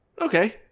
Okay